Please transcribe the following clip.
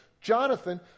Jonathan